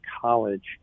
college